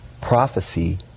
Prophecy